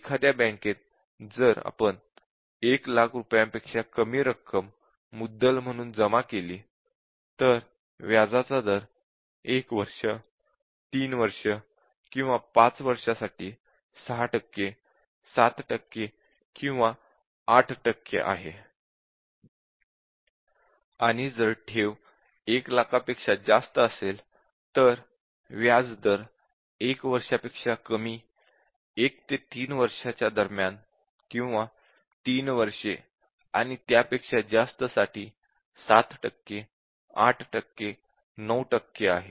एखाद्या बँकेत जर आपण 1 लाख रुपयांपेक्षा कमी रक्कम मुद्दल म्हणून जमा केली तर व्याजाचा दर 1 वर्ष 3 वर्ष किंवा 5 वर्षांसाठी 6 टक्के 7 टक्के किंवा 8 टक्के आहे आणि जर ठेव 1 लाखापेक्षा जास्त असेल तर व्याज दर 1 वर्षापेक्षा कमी 1 ते 3 वर्षांच्या दरम्यान किंवा 3 वर्षे आणि त्यापेक्षा जास्त साठी 7 टक्के 8 टक्के 9 टक्के आहे